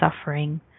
suffering